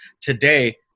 today